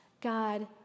God